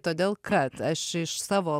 todėl kad aš iš savo